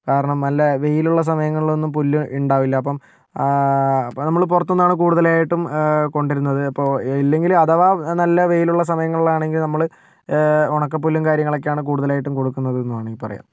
കാരണം നല്ല വെയിലുള്ള സമയങ്ങളിലൊന്നും പുല്ല് ഉണ്ടാവില്ല അപ്പം ആ അപ്പോൾ നമ്മൾ പുറത്ത് നിന്നാണ് കൂടുതലായിട്ടും കൊണ്ടുവരുന്നത് അപ്പോൾ ഇല്ലെങ്കില് അഥവാ നല്ല വെയിലുള്ള സമയങ്ങളിലാണെങ്കിൽ നമ്മള് ഉണക്ക പുല്ലും കാര്യങ്ങളൊക്കെയാണ് കൂടുതലായിട്ടും കൊടുക്കുന്നതെന്ന് വേണമെങ്കിൽ പറയാം